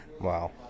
Wow